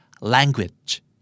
Language